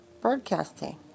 broadcasting